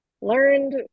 learned